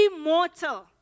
Immortal